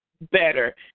better